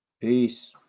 Peace